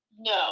No